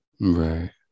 Right